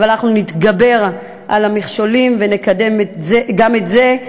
אבל אנחנו נתגבר על המכשולים ונקדם גם את זה,